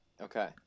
okay